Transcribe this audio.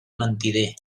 mentider